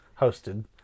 hosted